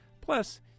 Plus